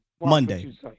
Monday